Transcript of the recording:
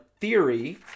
theory